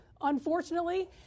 Unfortunately